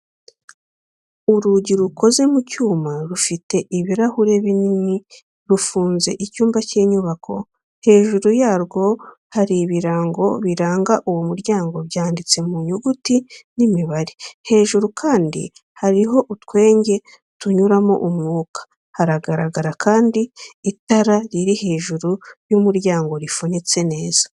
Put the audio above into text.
Urugi rukoze mu cyuma rufite ibirahuri binini rufunze icyumba cy'inyubako, hejuru yarwo hari ibirango biranga uwo muryango byanditse mu nyuguti n'imibare, hejuru kandi harimo utwenge tunyuramo umwuka, haragaraga kandi itara riri hejuru y'umuryango rifunitse neza.